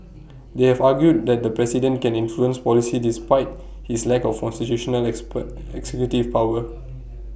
they have argued that the president can influence policy despite his lack of constitutional expert executive power